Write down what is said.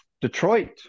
Detroit